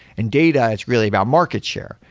in data, it's really about market share.